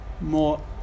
more